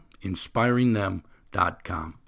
InspiringThem.com